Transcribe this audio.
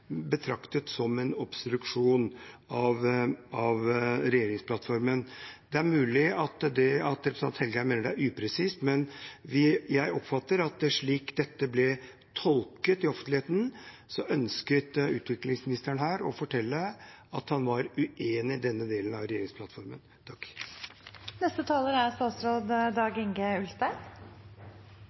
betraktet som en obstruksjon av regjeringsplattformen. Det er mulig at representanten Engen-Helgheim mener at det er upresist. Men jeg oppfatter at slik dette ble tolket i offentligheten, ønsket utviklingsministeren her å fortelle at han var uenig i denne delen av regjeringsplattformen. Det ble gitt en utfordring underveis. Det er